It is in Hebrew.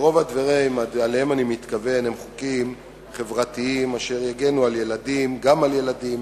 רוב הדברים שאליהם אני מתכוון הם חוקים חברתיים אשר יגנו גם על ילדים,